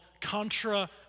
Contra